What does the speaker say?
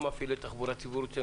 גם מפעילי תחבורה ציבורית,